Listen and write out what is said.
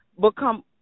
become